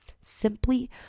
simply